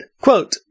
Quote